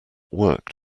worked